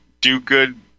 do-good